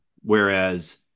Whereas